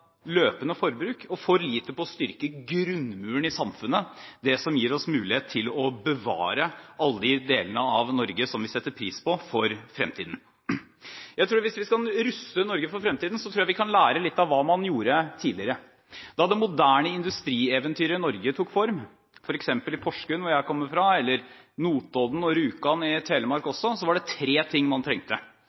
løpende forbruk og for lite på å styrke grunnmuren i samfunnet, det som gir oss mulighet til å bevare alle de delene av Norge som vi setter pris på, for fremtiden. Hvis vi skal ruste Norge for fremtiden, tror jeg vi kan lære litt av hva man gjorde tidligere. Da det moderne industrieventyret i Norge tok form, f.eks. i Porsgrunn, hvor jeg kommer fra, eller på Notodden og Rjukan i Telemark, var det tre ting man trengte